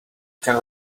can